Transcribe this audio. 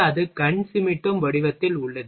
அது கண் சிமிட்டும் வடிவத்தில் உள்ளது